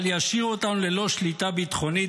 אבל ישאיר אותנו ללא שליטה ביטחונית